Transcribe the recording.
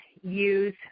use